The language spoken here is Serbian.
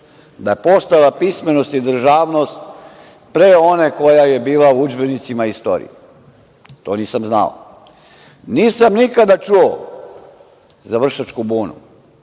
da je postojala pismenost i državnost pre one koja je bila u udžbenicima istorije. To nisam znao. Nisam nikada čuo za Vršačku bunu.